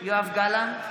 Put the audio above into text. יואב גלנט,